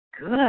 good